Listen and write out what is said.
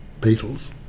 Beatles